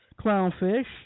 clownfish